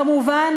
כמובן,